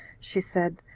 she said,